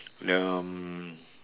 the um